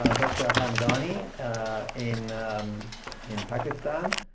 dr. hamdani in um in pakistan.